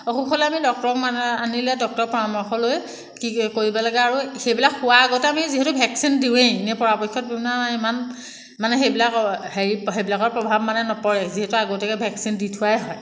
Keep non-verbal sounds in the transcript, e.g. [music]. অসুখ হ'লে আমি [unintelligible] ডক্তৰক মানে আনিলে ডক্তৰৰ পৰামৰ্শ লৈ কি কৰিব লাগে আৰু সেইবিলাক হোৱাৰ আগতে আমি যিহেতু ভেকচিন দিওঁৱে এনেই পৰাপক্ষত ইমান মানে সেইবিলাক হেৰি সেইবিলাকৰ প্ৰভাৱ মানে নপৰে যিহেতু আগতীয়াকৈ ভেকচিন দি থোৱাই হয়